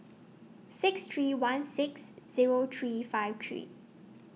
six three one six Zero three five three